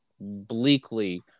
bleakly